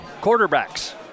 quarterbacks